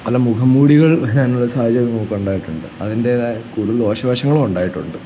പല മുഖം മൂടികൾ അതിനുള്ള സാഹചര്യം നമുക്കുണ്ടായിട്ടുണ്ട് അതിൻ്റെ കൂടുതൽ ദോഷവശങ്ങളും ഉണ്ടായിട്ടുണ്ട്